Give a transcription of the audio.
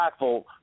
impactful